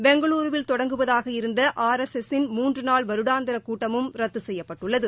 பெங்களூருவில் தொடங்குவதாக இருந்த ஆர் எஸ் எஸ் யின் மூன்று நாள் வருடாந்திர கூட்டமும் ரத்து செய்யப்பட்டுள்ளது